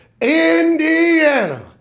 Indiana